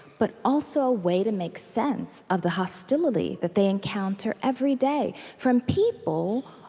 but also a way to make sense of the hostility that they encounter every day from people,